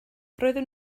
roedden